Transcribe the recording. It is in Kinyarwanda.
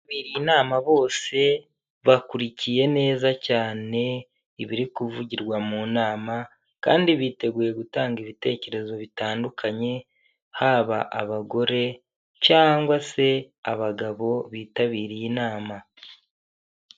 Inama bose, bakurikiye neza cyane, ibiri kuvugirwa mu nama kandi biteguye gutanga ibitekerezo bitandukanye, haba abagore cyangwa se abagabo bitabiriye inama.